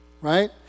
right